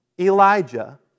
Elijah